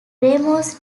ramos